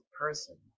person